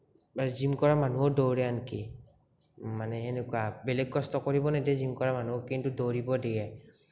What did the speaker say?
gym কৰা মানুহো দৌৰে আনকি মানে এনেকুৱা বেলেগ কষ্ট কৰিব নিদিয়ে জিম কৰা মানুহক কিন্তু দৌৰিব দিয়ে